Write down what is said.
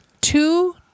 two